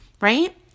right